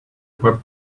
web